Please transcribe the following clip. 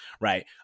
right